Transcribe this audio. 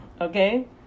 Okay